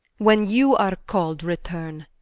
when you are cald returne.